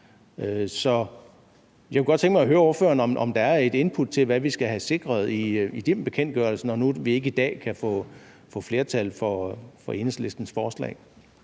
Så jeg kunne godt tænke mig at høre ordføreren, om der er et input til, hvad vi skal have sikret igennem bekendtgørelsen, når nu vi ikke i dag kan få flertal for Enhedslistens forslag.